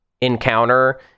encounter